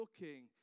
looking